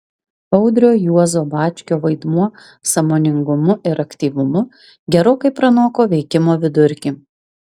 audrio juozo bačkio vaidmuo sąmoningumu ir aktyvumu gerokai pranoko veikimo vidurkį